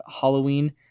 halloween